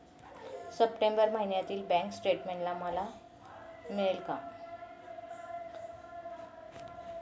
September महिन्यातील bank statement मला मिळेल का?